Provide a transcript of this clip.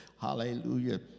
hallelujah